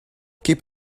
keep